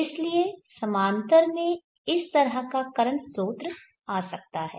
इसलिए समानांतर में इस तरह का करंट स्रोत आ सकता है